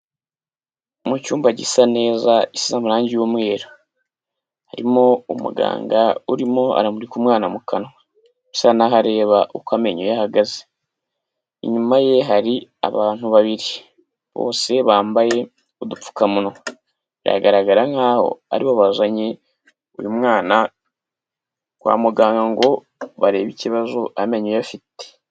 Mu cyumba gisa neza, gisize amarangi y'umweru. Harimo umuganga urimo aramurika umwana mu kanwa, bisa naho areba uko amenyo ye ahagaze. Inyuma ye hari abantu babiri bose bambaye udupfukamunwa, biragaragara nk'aho aribo bazanye uyu mwana kwa muganga ngo barebe ikibazo amenyo ye afite.